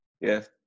Yes